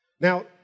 Now